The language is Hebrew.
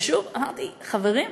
ושוב אמרתי: חברים,